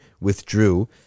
withdrew